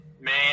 man